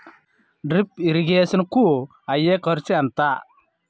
Drip irrigation కూ అయ్యే ఖర్చు ఎంత?